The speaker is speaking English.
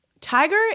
Tiger